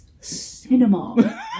cinema